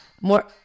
More